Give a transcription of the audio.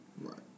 Right